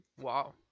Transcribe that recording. Wow